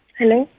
hello